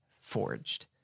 forged